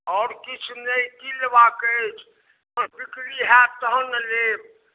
आओर किछु नहि की लेबाक अछि आओर बिक्री होयत तहन ने लेब